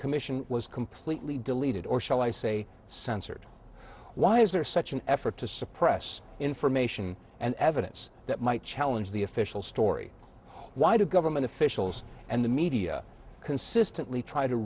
commission was completely deleted or shall i say censored why is there such an effort to suppress information and evidence that might challenge the official story why do government officials and the media consistently t